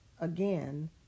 again